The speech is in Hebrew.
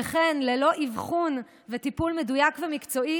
שכן ללא אבחון וטיפול מדויק ומקצועי